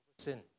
sin